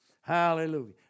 Hallelujah